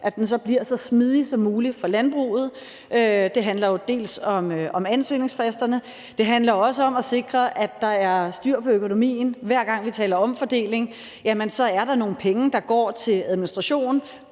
gennemført, bliver så smidig som muligt for landbruget. Det handler jo dels om ansøgningsfristerne, det handler også om at sikre, at der er styr på økonomien. Hver gang vi taler omfordeling, er der nogle penge, der går til administration,